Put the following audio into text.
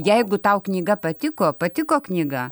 jeigu tau knyga patiko patiko knyga